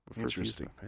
Interesting